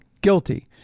guilty